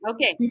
Okay